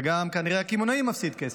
וכנראה גם הקמעונאי מפסיד כסף.